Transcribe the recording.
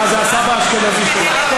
אה, זה הסבא האשכנזי שלך.